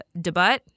debut